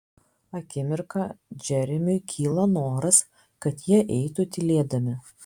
akimirką džeremiui kyla noras kad jie eitų tylėdami